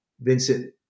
Vincent